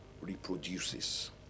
reproduces